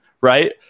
right